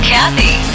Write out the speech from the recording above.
Kathy